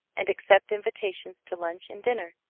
and accept invitations to lunch and dinner.